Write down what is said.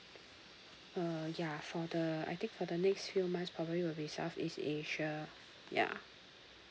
uh ya for the I think for the next few months probably will be southeast asia ya